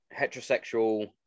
heterosexual